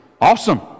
Awesome